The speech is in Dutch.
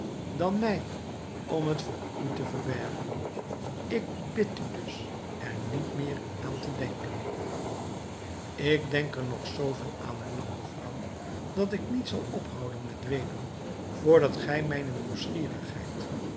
dan mij om het voor u te verbergen ik bid u dus er niet meer aan te denken ik denk er nog zoo veel aan hernam de vrouw dat ik niet zal ophouden met weenen vr dat gij mijne nieuwsgierigheid